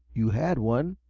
you had one.